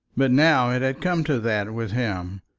but now it had come to that with him,